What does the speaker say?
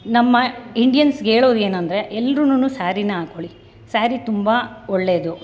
ನಮ್ಮ ಇಂಡಿಯನ್ಸ್ಗೇಳೋದೇನೆಂದ್ರೆ ಎಲ್ರೂನು ಸ್ಯಾರಿನ ಹಾಕ್ಕೊಳ್ಳಿ ಸ್ಯಾರಿ ತುಂಬ ಒಳ್ಳೇದು